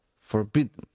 forbidden